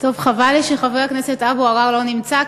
חבל לי שחבר הכנסת אבו עראר לא נמצא,